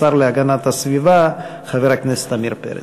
השר להגנת הסביבה חבר הכנסת עמיר פרץ.